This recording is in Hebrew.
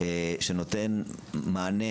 שנותן מענה